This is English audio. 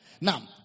Now